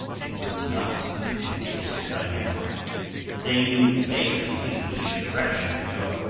it was not easy to get to cayenne they knew vaguely in which direction to go,